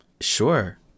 Sure